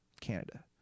Canada